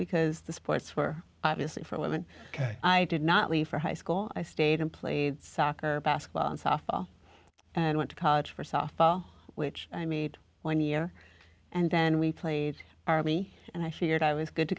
because the sports were obviously for women i did not leave for high school i stayed in play soccer basketball and softball and went to college for softball which i meet one year and then we played army and i figured i was good to